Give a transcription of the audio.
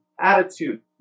attitude